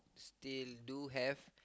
still do have